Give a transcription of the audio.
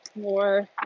more